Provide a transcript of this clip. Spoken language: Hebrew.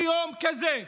ביום כזה.